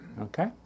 Okay